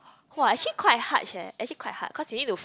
!wah! actually quite harsh eh actually quite hard cause you need to